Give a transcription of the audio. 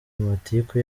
amatiku